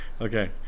Okay